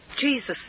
Jesus